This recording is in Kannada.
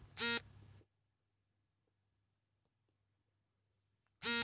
ಮೆಣಸಿನಕಾಯಿ ಬೆಳೆಗೆ ಕೀಟಗಳಿಂದ ತೊಂದರೆ ಯಾದರೆ ಏನು ಮಾಡಬೇಕು?